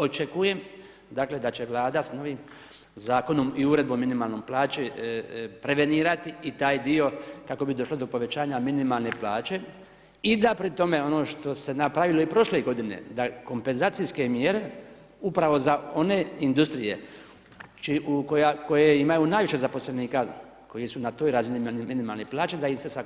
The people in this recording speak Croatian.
Očekujem dakle da će Vlada s novim zakonom i Uredbom o minimalnoj plaći prevenirati i taj dio kako bi došlo do povećanja minimalne plaće i da pri tome ono što se napravilo i prošle godine da kompenzacijske mjere upravo za one industrije koje imaju najviše zaposlenika, koji su na toj razini minimalne plaće da im se sa